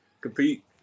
compete